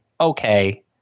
okay